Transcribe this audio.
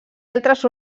altres